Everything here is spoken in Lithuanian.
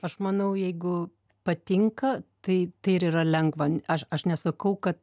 aš manau jeigu patinka tai tai ir yra lengva aš aš nesakau kad